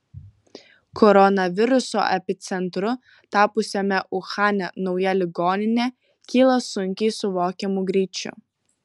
koronaviruso epicentru tapusiame uhane nauja ligoninė kyla sunkiai suvokiamu greičiu